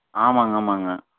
ஆமாங்க ஆமாங்க